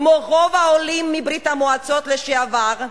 כמו רוב העולים מברית-המועצות לשעבר,